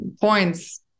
points